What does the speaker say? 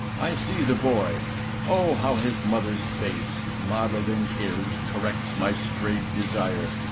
i see the boy oh, how his mother's face, modeled in his, corrects my strayed desire,